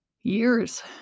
years